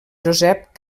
josep